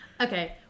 okay